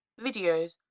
videos